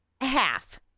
half